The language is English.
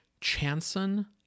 chanson